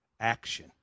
action